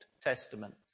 Testament